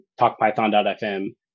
TalkPython.fm